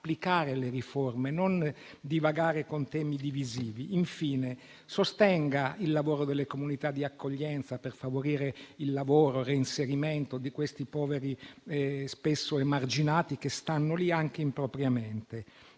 applicare le riforme e non divagare con temi divisivi. Infine, sostenga il lavoro delle comunità di accoglienza per favorire il reinserimento e il lavoro di questi poveri giovani, spesso emarginati, che stanno lì anche impropriamente.